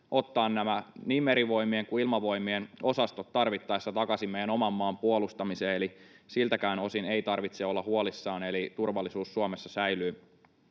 ottaa nämä niin Merivoimien kuin Ilmavoimien osastot tarvittaessa takaisin meidän oman maamme puolustamiseen, eli siltäkään osin ei tarvitse olla huolissaan, vaan turvallisuus Suomessa säilyy